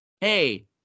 hey